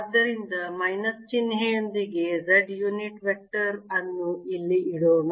ಆದ್ದರಿಂದ ಮೈನಸ್ ಚಿಹ್ನೆಯೊಂದಿಗೆ Z unit vector ಅನ್ನು ಇಲ್ಲಿ ಇಡೋಣ